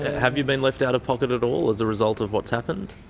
have you been left out of pocket at all as a result of what's happened?